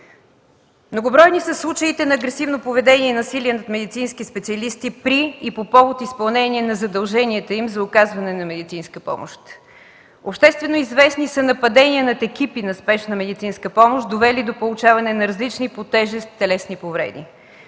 Многобройни са случаите на агресивно поведение и насилие над медицински специалисти при и по повод изпълнение на задълженията им за оказване на медицинска помощ. Обществено известни са нападения над екипи на Спешна медицинска помощ, довели до получаване на различни по тежест телесни повреди.